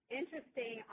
interesting